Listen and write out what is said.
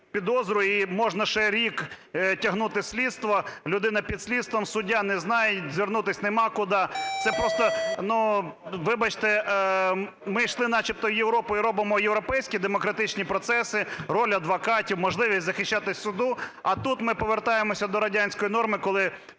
підозру - і можна ще рік тягнути слідство, людина під слідством, суддя не знає і звернутись немає куди. Це просто, вибачте, ми йшли начебто в Європу і робимо європейські демократичні процеси, роль адвокатів, можливість захищати суду, а тут ми повертаємося до радянської норми, коли